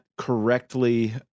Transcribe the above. Correctly